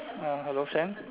uh hello sam